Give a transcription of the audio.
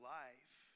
life